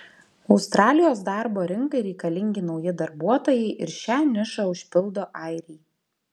australijos darbo rinkai reikalingi nauji darbuotojai ir šią nišą užpildo airiai